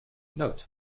note